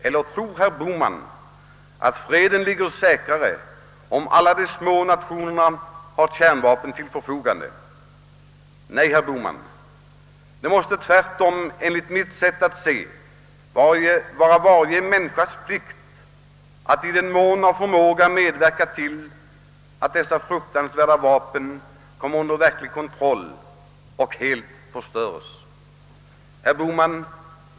Tror herr Bohman att freden ligger säkrare om alla de små nationerna har kärnvapen till sitt förfogande? Nej, herr Bohman, det måste tvärtom vara varje människas plikt att efter förmåga medverka till att dessa fruktansvärda vapen kommer under verklig kontroll och helt förstöres. Herr Bohman!